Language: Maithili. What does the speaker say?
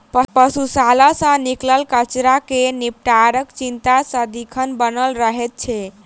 पशुशाला सॅ निकलल कचड़ा के निपटाराक चिंता सदिखन बनल रहैत छै